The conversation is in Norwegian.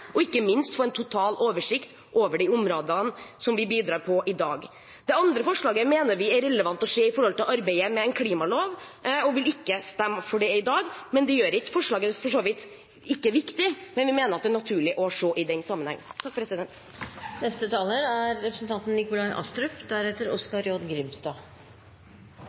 og ikke minst få en total oversikt over de områdene som vi bidrar på i dag. Det andre forslaget mener vi er relevant å se i forhold til arbeidet med en klimalov, og vi vil ikke stemme for det i dag, men det betyr ikke at forslaget for så vidt ikke er viktig, men vi mener at det er naturlig å se det i den